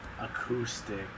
acoustic